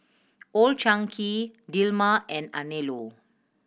Old Chang Kee Dilmah and Anello